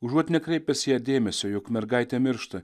užuot nekreipęs į ją dėmesio juk mergaitė miršta